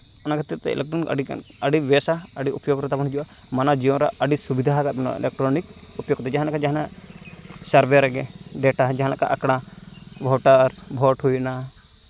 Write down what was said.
ᱚᱱᱟ ᱠᱷᱟᱹᱛᱤᱨ ᱛᱮ ᱤᱞᱮᱠᱴᱨᱚᱱᱤᱠ ᱟᱹᱰᱤᱜᱟᱱ ᱟᱹᱰᱤ ᱵᱮᱥᱼᱟ ᱟᱹᱰᱤ ᱩᱯᱭᱳᱜᱽ ᱨᱮ ᱛᱟᱵᱚᱱ ᱦᱤᱡᱩᱜᱼᱟ ᱢᱟᱱᱣᱟ ᱡᱤᱭᱚᱱ ᱨᱮ ᱟᱹᱰᱤ ᱥᱩᱵᱤᱫᱷᱟ ᱠᱟᱜ ᱵᱚᱱᱟᱭ ᱤᱞᱮᱠᱴᱨᱚᱱᱤᱠ ᱩᱯᱭᱳᱜᱽ ᱠᱚᱛᱮ ᱡᱟᱦᱟᱱᱟᱜ ᱠᱷᱟᱡ ᱡᱟᱦᱟᱱᱟᱜ ᱥᱟᱨᱵᱷᱮ ᱨᱮᱜᱮ ᱰᱮᱴᱟ ᱡᱟᱦᱟᱸ ᱞᱮᱠᱟ ᱟᱠᱲᱟ ᱵᱷᱳᱴᱟᱨ ᱵᱷᱳᱴ ᱦᱩᱭᱱᱟ